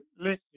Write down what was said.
Listen